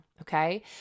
okay